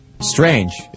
Strange